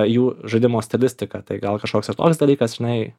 jų žaidimo stilistiką tai gal kažkoks ir toks dalykas žinai